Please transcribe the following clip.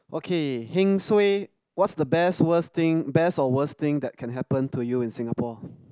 okay heng suay what's the best worst thing best or worst thing that can happen to you in Singapore